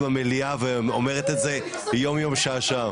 במליאה ואומרת את זה יום יום ושעה שעה.